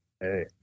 Hey